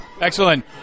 Excellent